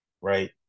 Right